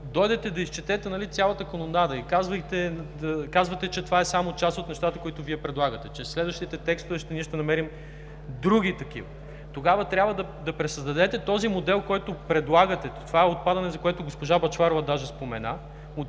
дойдете да изчетете цялата канонада и казвате, че това е само част от нещата, които Вие предлагате; че в следващите текстове ще намерим други такива предложения, тогава трябва да пресъздадете модела, който предлагате – това отпадане от 20%, за което госпожа Бъчварова даже спомена